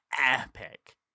epic